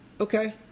Okay